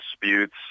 disputes